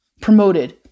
promoted